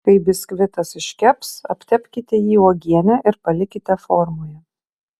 kai biskvitas iškeps aptepkite jį uogiene ir palikite formoje